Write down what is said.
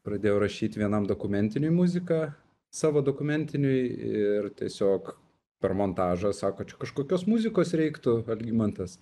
pradėjau rašyt vienam dokumentiniui muzika savo dokumentiniui ir tiesiog per montažą sako čia kažkokios muzikos reiktų algimantas